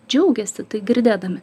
džiaugiasi tai girdėdami